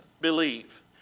believe